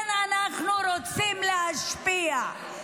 כן, אנחנו רוצים להשפיע.